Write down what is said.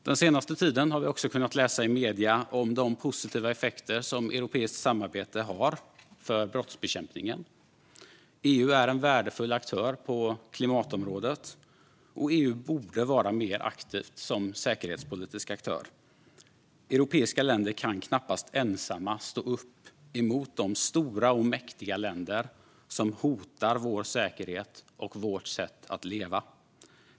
Den senaste tiden har vi också kunnat läsa i medierna om de positiva effekter som europeiskt samarbete har för brottsbekämpningen. EU är en värdefull aktör på klimatområdet. EU borde även vara mer aktivt som säkerhetspolitisk aktör. Europeiska länder kan knappast ensamma stå upp mot de stora och mäktiga länder som hotar vår säkerhet och vårt sätt att leva.